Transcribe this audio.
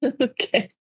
Okay